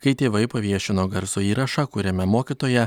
kai tėvai paviešino garso įrašą kuriame mokytoja